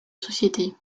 société